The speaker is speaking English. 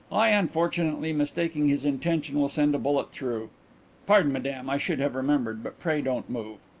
i, unfortunately mistaking his intention, will send a bullet through pardon, madame, i should have remembered but pray don't move.